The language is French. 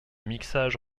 mixage